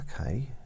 okay